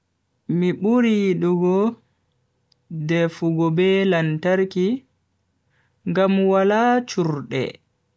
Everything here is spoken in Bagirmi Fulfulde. Mi buri yidugo defugo be lantarki ngam wala churde.